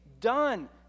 done